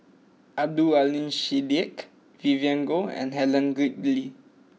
Abdul Aleem Siddique Vivien Goh and Helen Gilbey